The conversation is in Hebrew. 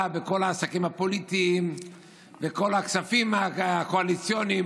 בכל העסקים הפוליטיים ובכל הכספים הקואליציוניים,